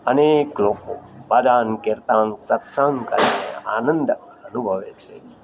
અનેક લોકો ભજન કિર્તન સત્સંગ કરીને આનંદ અનુભવે છે